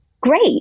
great